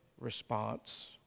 response